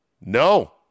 No